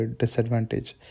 disadvantage